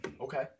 Okay